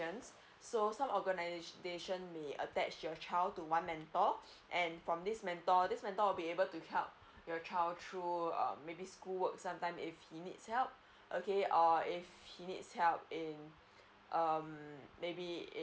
so some organizations nation really attach your child to one mentor and from this mentor this mentor will be able to help your child through um maybe school work sometime if he needs help okay or if he needs help in um maybe